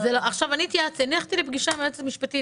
הלכתי לפגישה עם היועצת המשפטית,